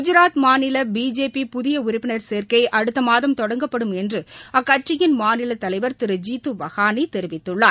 குஜராத் மாநில பிஜேபி புதிய உறுப்பினர் சேர்க்கை அடுத்த மாதம் தொடங்கப்படும் என்று அக்கட்சியின் மாநில தலைவர் திரு ஜீது வகானி தெரிவித்துள்ளார்